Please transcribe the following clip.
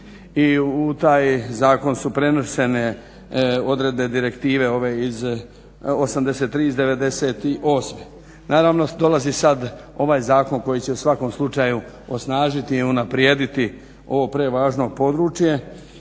I u taj zakon su prenesene odredbe Direktive 83/98. Naravno, dolazi sad ovaj zakon koji će u svakom slučaju osnažiti i unaprijediti ovo prevažno područje